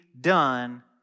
done